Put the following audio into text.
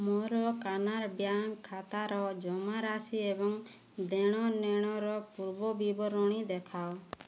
ମୋର କାନାରା ବ୍ୟାଙ୍କ ଖାତାର ଜମାରାଶି ଏବଂ ଦେଣନେଣର ପୂର୍ବ ବିବରଣୀ ଦେଖାଅ